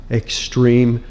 extreme